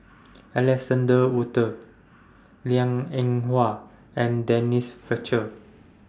Alexander Wolters Liang Eng Hwa and Denise Fletcher